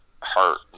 hurt